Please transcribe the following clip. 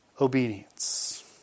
obedience